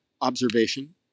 observation